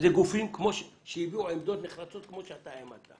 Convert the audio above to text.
אלה גופים שהביעו עמדות נחרצות כמו שלך.